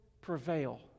prevail